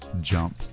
jump